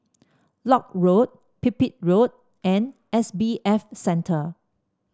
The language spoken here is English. Lock Road Pipit Road and S B F Center